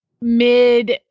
mid